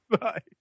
bye